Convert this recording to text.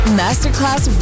masterclass